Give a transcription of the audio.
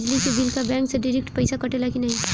बिजली के बिल का बैंक से डिरेक्ट पइसा कटेला की नाहीं?